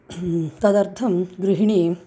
तदर्थं गृहिणी